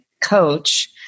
coach